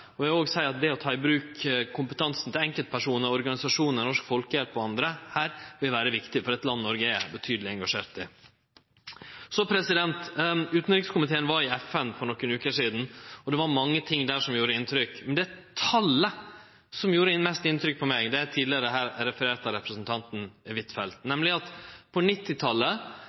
og eg vil òg seie at det å ta i bruk kompetansen til enkeltpersonar og organisasjonar her – Norsk Folkehjelp og andre – vil vere viktig for eit land Noreg er betydeleg engasjert i. Utanrikskomiteen var i FN for nokre veker sidan, og det var mange ting der som gjorde inntrykk. Men det talet som gjorde mest inntrykk på meg – det er tidlegare her referert av representanten Huitfeldt – var at på